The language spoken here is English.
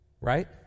Right